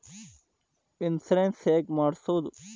Insurance ಹೇಗೆ ಮಾಡಿಸುವುದು?